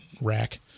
rack